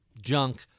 junk